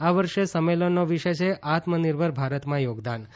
આ વર્ષે સંમેલનનો વિષય છે આત્મનિર્ભર ભારતમાં યોગદાન